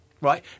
right